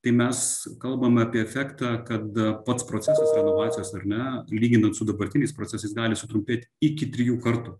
tai mes kalbam apie efektą kada pats procesas renovacijos ar ne lyginant su dabartiniais procesais gali sutrumpėti iki trijų kartų